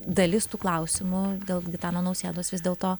dalis tų klausimų dėl gitano nausėdos vis dėlto